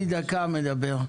אני דקה מדבר.